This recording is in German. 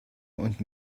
und